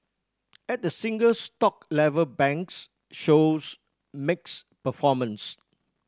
at the single stock level banks shows mixed performances